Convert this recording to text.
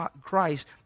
Christ